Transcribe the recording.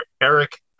Eric